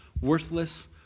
worthless